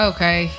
Okay